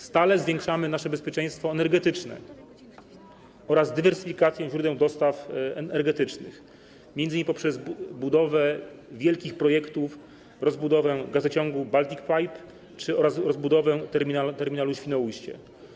Stale zwiększamy nasze bezpieczeństwo energetyczne oraz dywersyfikację źródeł dostaw energetycznych, m.in. poprzez budowę wielkich projektów, rozbudowę Baltic Pipe oraz rozbudowę terminalu Świnoujście.